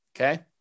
Okay